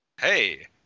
Hey